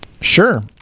Sure